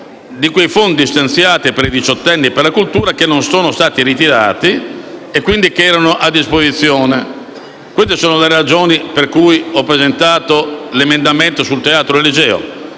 dei fondi stanziati per i diciottenni e per la cultura che non sono stati ritirati e che quindi sono a disposizione. Queste sono le ragioni per cui ho presentato un emendamento sul teatro Eliseo.